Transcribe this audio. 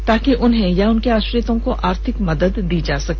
ताकि उन्हें या उनके आश्रितों को आर्थिक मदद प्राप्त हो सके